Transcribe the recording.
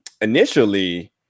initially